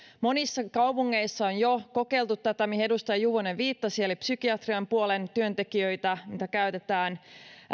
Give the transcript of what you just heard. monissa kaupungeissa on jo kokeiltu tätä mihin edustaja juvonen viittasi eli psykiatrian puolen työntekijöitä käytetään